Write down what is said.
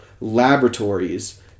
laboratories